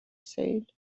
said